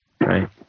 right